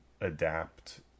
adapt